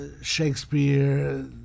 Shakespeare